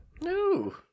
No